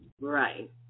right